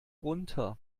runter